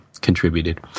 contributed